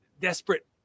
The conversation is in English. desperate